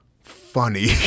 funny